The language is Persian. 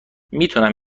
میتونم